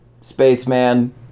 spaceman